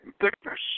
thickness